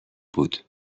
بود